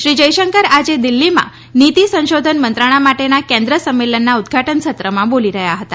શ્રી જયશંકર આજે દિલ્હીમાં નીતિ સંશોધન મંત્રણા માટેના કેન્દ્ર સંમેલનના ઉદઘાટન સત્રમાં બોલી રહ્યા હતા